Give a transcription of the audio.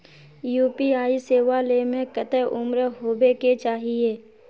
UPI सेवा ले में कते उम्र होबे के चाहिए?